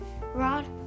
rod